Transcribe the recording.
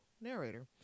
narrator